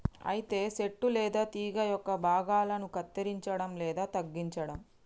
అయితే సెట్టు లేదా తీగ యొక్క భాగాలను కత్తిరంచడం లేదా తగ్గించడం